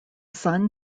sun